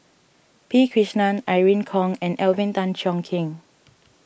P Krishnan Irene Khong and Alvin Tan Cheong Kheng